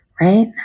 right